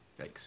yikes